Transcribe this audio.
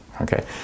okay